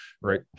right